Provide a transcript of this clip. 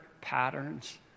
patterns